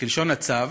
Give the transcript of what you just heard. וכלשון הצו,